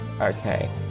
Okay